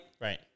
Right